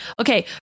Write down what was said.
Okay